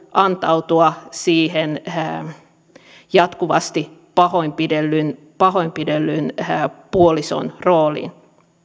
antautumisen siihen jatkuvasti pahoinpidellyn pahoinpidellyn puolison rooliin